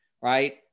right